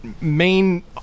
main